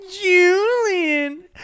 julian